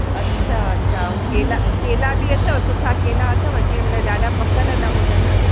अच्छा अच्छा उहा केला केला बि अथव सुठा केला अथव जीअं मतलबु ॾाढा पकल न हुजनि